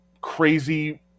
crazy